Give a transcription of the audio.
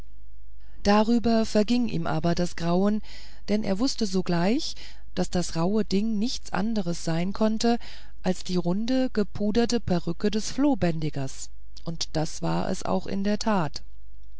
darüber verging ihm aber das grauen denn er wußte sogleich daß das rauhe ding nichts anders sein konnte als die runde gepuderte perücke des flohbändigers und das war es auch in der tat